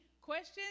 questions